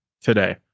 today